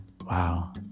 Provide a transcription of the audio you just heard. Wow